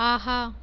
ஆஹா